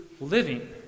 living